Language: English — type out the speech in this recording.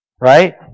Right